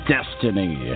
Destiny